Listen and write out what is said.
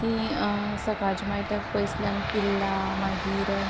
ती सकाळचे मायत्याक पयसल्यान पिल्ला मागीर